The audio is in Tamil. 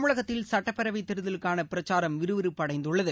தமிழகத்தில் சட்டப்பேரவை தேர்தலுக்கான பிரச்சாரம் விறுவிறுப்படைந்துள்ளது